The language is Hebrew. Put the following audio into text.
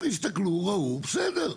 אוקיי הסתכלו, ראו, בסדר.